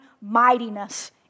mightiness